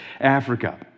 Africa